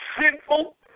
sinful